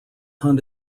hunt